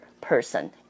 person